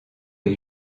est